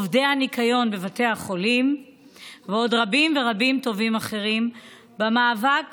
עובדי הניקיון בבתי החולים ועוד רבים וטובים אחרים במאבק